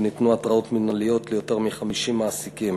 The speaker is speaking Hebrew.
וניתנו התראות מינהליות ליותר מ-50 מעסיקים.